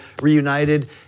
reunited